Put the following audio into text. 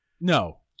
No